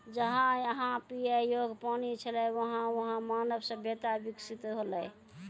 जहां जहां पियै योग्य पानी छलै वहां वहां मानव सभ्यता बिकसित हौलै